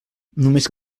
només